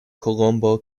kolombo